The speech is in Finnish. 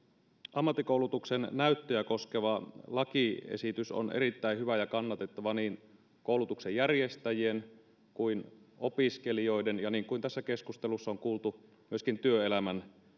ammattikoulutuksen näyttöjä koskeva lakiesitys on erittäin hyvä ja kannatettava niin koulutuksen järjestäjien kuin opiskelijoiden ja niin kuin tässä keskustelussa on kuultu myöskin työelämän